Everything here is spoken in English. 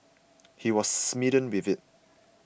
he was smitten with it